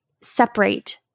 separate